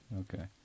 okay